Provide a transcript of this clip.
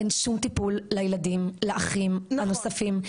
אין שום טיפול לילדים, לאחים הנוספים.